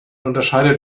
unterscheidet